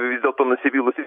vis dėlto nusivylusi